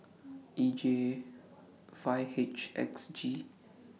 E J five H X G